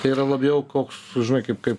tai yra labiau koks žinai kaip kaip